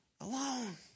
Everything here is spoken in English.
alone